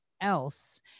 else